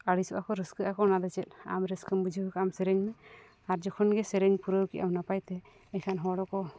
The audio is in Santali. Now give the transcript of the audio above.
ᱟᱹᱲᱤᱥᱚᱜᱼᱟᱠᱚ ᱨᱟᱹᱥᱠᱟᱹᱜᱼᱟᱠᱚ ᱚᱱᱟᱫᱚ ᱪᱮᱫ ᱟᱢ ᱨᱟᱹᱥᱠᱟᱹᱢ ᱵᱩᱡᱷᱟᱹᱣ ᱠᱷᱟᱱ ᱟᱢ ᱥᱮᱨᱮᱧ ᱢᱮ ᱟᱨ ᱡᱚᱠᱷᱚᱱ ᱜᱮ ᱥᱮᱨᱮᱧ ᱯᱩᱨᱟᱹᱣ ᱠᱮᱜ ᱟᱢ ᱱᱟᱯᱟᱭ ᱛᱮ ᱮᱱᱠᱷᱟᱱ ᱦᱚᱲ ᱦᱚᱸᱠᱚ